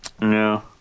no